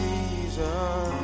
Jesus